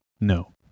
No